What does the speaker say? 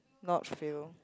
not fail